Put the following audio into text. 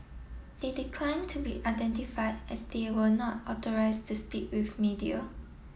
they declined to be identified as they were not authorised to speak with media